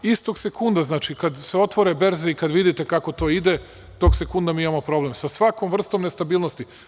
Istog sekunda, znači, kad se otvore berze i kad vidite kako to ide tog sekunda mi imamo problem sa svakom vrstom nestabilnosti.